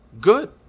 Good